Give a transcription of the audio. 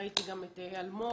ראיתי גם את אלמוג,